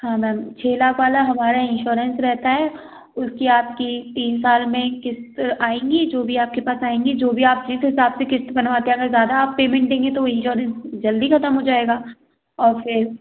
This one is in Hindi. हाँ मैम छः लाख वाला हमारा इन्श्योरेन्स रहता है उसकी आपकी तीन साल में किस्त आएगी जो भी आप के पास आएगी जो भी आप जिस हिसाब से किस्त बनवाते हैं अगर ज़्यादा आप पेमेंट देंगे तो वो इन्श्योरेन्स जल्दी ख़त्म हो जाएगा और फिर